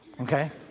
okay